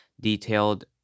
detailed